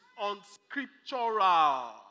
unscriptural